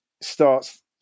starts